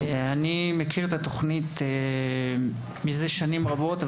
אני מכיר את התוכנית מזה שנים רבות,